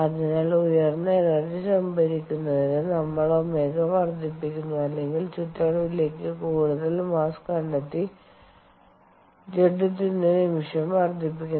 അതിനാൽ ഉയർന്ന എനർജി സംഭരിക്കുന്നതിന് നമ്മൾ ω വർദ്ധിപ്പിക്കുന്നു അല്ലെങ്കിൽ ചുറ്റളവിലേക്ക് കൂടുതൽ മാസ്സ് കണ്ടെത്തി ജഡത്വത്തിന്റെ നിമിഷം വർദ്ധിപ്പിക്കുന്നു